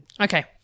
Okay